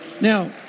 Now